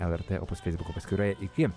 lrt opus feisbuko paskyroje iki